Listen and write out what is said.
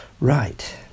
Right